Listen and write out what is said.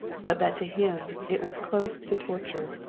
but that to him it was close to torture.